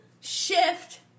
shift